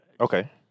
Okay